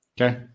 Okay